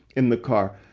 in the car.